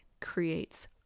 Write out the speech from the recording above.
creates